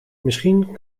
misschien